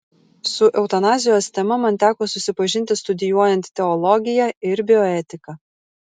su eutanazijos tema man teko susipažinti studijuojant teologiją ir bioetiką